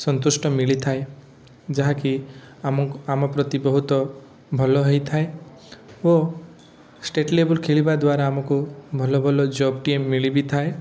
ସନ୍ତୁଷ୍ଟ ମିଳିଥାଏ ଯାହାକି ଆମ ପ୍ରତି ବହୁତ ଭଲ ହେଇଥାଏ ଓ ଷ୍ଟେଟ ଲେବଲ ଖେଳିବା ଦ୍ୱାରା ଆମକୁ ଭଲ ଭଲ ଜବଟିଏ ମିଳି ବି ଥାଏ